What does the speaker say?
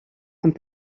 amb